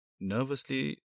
nervously